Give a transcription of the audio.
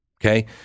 okay